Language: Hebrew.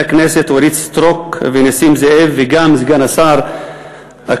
הכנסת אורית סטרוק ונסים זאב וגם סגן השר אקוניס,